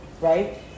Right